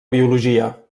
biologia